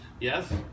Yes